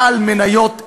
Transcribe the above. בעל מניות אחד,